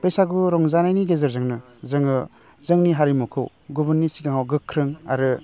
बैसागु रंजानायनि गेजेरजोंनो जोङो जोंनि हारिमुखौ गुबुननि सिगाङाव गोख्रों आरो